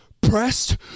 pressed